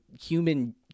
human